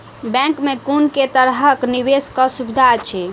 Bank मे कुन केँ तरहक निवेश कऽ सुविधा अछि?